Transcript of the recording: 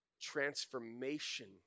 transformation